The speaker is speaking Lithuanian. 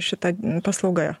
šita paslauga